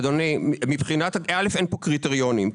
אדוני, א', אין פה קריטריונים.